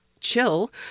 chill